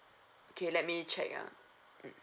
okay let me check uh mm